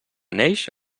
neix